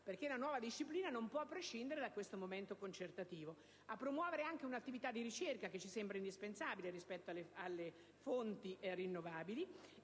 perché la nuova disciplina non può prescindere da questo momento concertativo. Chiediamo che si promuovano anche un'attività di ricerca, che ci sembra indispensabile rispetto alle fonti rinnovabili,